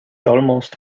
almost